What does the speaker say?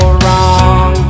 wrong